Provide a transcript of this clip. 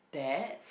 that